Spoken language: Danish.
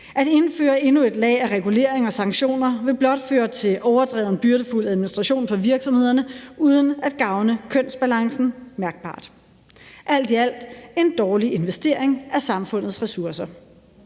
At indføre endnu et lag af reguleringer og sanktioner vil blot føre til overdreven byrdefuld administration for virksomhederne uden at gavne kønsbalancen mærkbart. Alt i alt er det en dårlig investering af samfundets ressourcer.